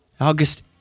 August